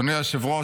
אדוני היושב-ראש,